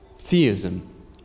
Theism